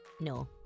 no